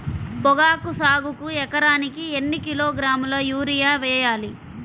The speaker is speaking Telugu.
పొగాకు సాగుకు ఎకరానికి ఎన్ని కిలోగ్రాముల యూరియా వేయాలి?